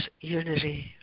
unity